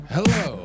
Hello